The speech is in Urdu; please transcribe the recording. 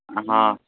ہاں